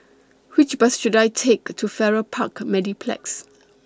Which Bus should I Take to Farrer Park Mediplex